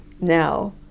now